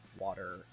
water